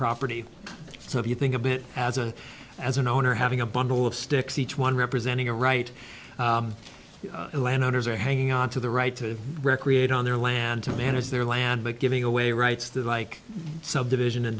property so if you think of it as a as an owner having a bundle of sticks each one representing a right the landowners are hanging on to the right to recreate on their land to manage their land but giving away rights that like subdivision and